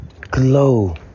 glow